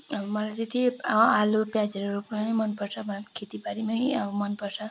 अब मलाई चाहिँ त्यही हँ आलु प्याजहरू रोप्न नै मनपर्छ मलाई खेतीपातीमै अब मनपर्छ